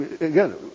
again